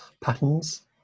patterns